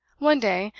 one day,